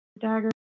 dagger